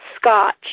scotch